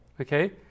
Okay